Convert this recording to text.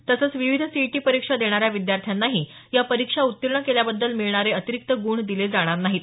तसंच विविध सीईटी परीक्षा देणाऱ्या विद्यार्थ्यांनाही या परीक्षा उत्तीर्ण केल्याबद्दल मिळणारे अतिरीक्त गुण दिले जाणार नाहीत